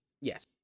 Yes